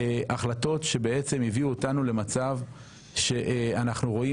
החלטות שהביאו אותנו למצב שאנחנו רואים